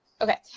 Okay